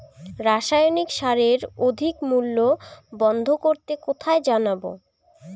রাসায়নিক সারের অধিক মূল্য বন্ধ করতে কোথায় জানাবো?